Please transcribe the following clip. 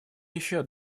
еще